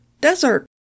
desert